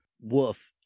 woof